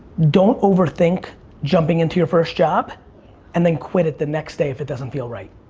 don't overthink jumping into your first job and then quit it the next day if it doesn't feel right.